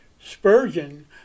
Spurgeon